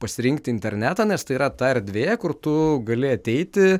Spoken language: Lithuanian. pasirinkti internetą nes tai yra ta erdvė kur tu gali ateiti